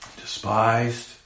despised